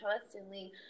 constantly